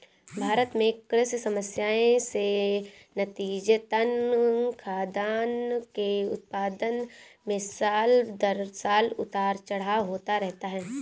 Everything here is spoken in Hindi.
भारत में कृषि समस्याएं से नतीजतन, खाद्यान्न के उत्पादन में साल दर साल उतार चढ़ाव होता रहता है